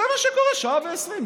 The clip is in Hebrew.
זה מה שקורה שעה ועשרים.